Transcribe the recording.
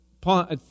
paul